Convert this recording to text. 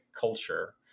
culture